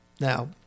Now